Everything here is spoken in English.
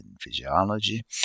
physiology